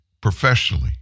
professionally